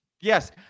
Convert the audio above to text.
Yes